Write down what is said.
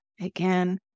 Again